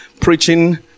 preaching